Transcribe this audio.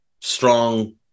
strong